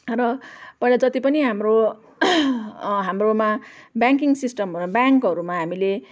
र पहिला जति पनि हाम्रो हाम्रोमा बेयाङ्किङ सिस्टम ब्याङ्कहरूमा हामीले